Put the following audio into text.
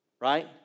right